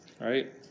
right